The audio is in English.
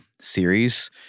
series